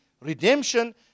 redemption